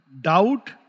doubt